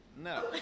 No